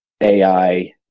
AI